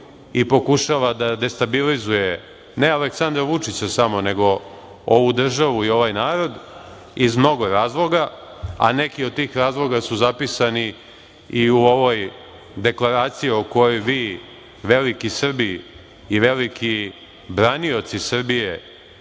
i pokušava da destabilizuje ne Aleksandra Vučića samo, nego ovu državu i ovaj narod, iz mnogo razloga, a neki od tih razloga su zapisani i u ovoj deklaraciji o kojoj vi veliki Srbi i veliki branioci Srbije